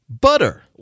butter